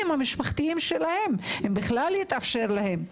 והמשפחתיים שלהם אם בכלל זה יתאפשר להם,